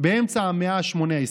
באמצע המאה ה-18.